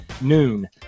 noon